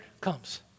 comes